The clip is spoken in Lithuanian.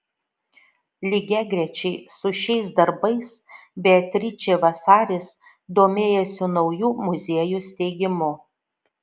lygiagrečiai su šiais darbais beatričė vasaris domėjosi naujų muziejų steigimu